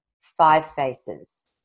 five-faces